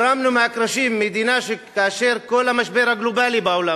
והרמנו מהקרשים מדינה כאשר יש משבר גלובלי בעולם.